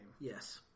Yes